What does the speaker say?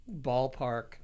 ballpark